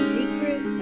Secret